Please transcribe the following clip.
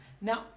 Now